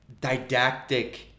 didactic